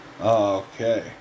Okay